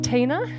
Tina